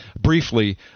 briefly